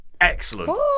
excellent